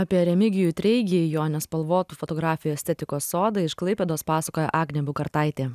apie remigijų treigį jo nespalvotų fotografijų estetikos sodą iš klaipėdos pasakoja agnė bukartaitė